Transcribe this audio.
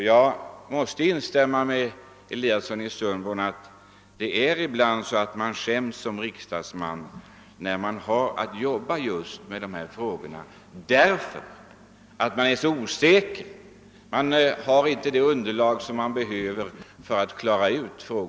Jag måste instämma med herr Eliasson i Sundborn, att man ibland skäms som riksdagsman därför att man är så osäker när man skall arbeta med de här frågorna och inte har det underlag, man skulle behöva för att bedöma dem.